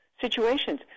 situations